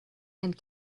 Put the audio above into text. and